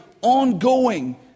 ongoing